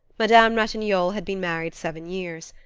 madame ratignolle had been married seven years.